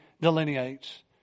delineates